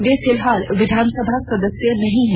वे फिलहाल विधानसभा सदस्य नहीं है